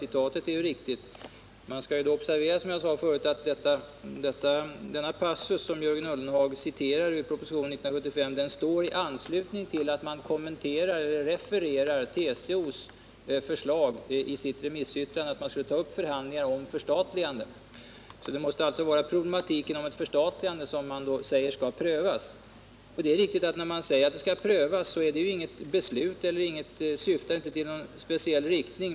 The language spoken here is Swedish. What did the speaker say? Man skall emellertid observera, som jag sade förut, att den passus som Jörgen Ullenhag citerar ur propositionen från 1975 står i anslutning till ett referat av vad TCO föreslagit i sitt remissyttrande, nämligen att förhandlingar om förstatligande skall tas upp. Det måste alltså ha varit frågan om ett förstatligande, och problematiken omkring detta, som då skulle prövas. Det är riktigt att det inte innebär ett beslut eller syftar i någon speciell riktning när man säger att en fråga skall prövas.